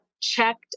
checked